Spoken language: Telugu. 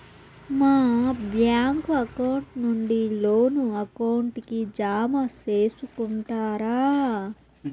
మా బ్యాంకు అకౌంట్ నుండి లోను అకౌంట్ కి జామ సేసుకుంటారా?